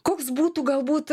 koks būtų galbūt